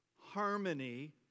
harmony